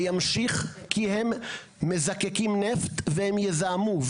זה ימשיך כי הם מזקקים נפט והם יזהמו,